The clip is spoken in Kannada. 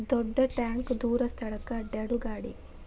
ದೊಡ್ಡ ಟ್ಯಾಂಕ ದೂರ ಸ್ಥಳಕ್ಕ ಅಡ್ಯಾಡು ಗಾಡಿ